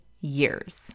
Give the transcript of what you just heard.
years